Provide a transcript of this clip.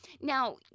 now